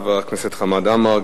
חבר הכנסת חמד עמאר,